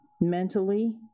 mentally